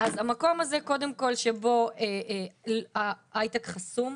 אז המקום הזה קודם כל שבו ההייטק חסום.